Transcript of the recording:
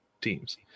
teams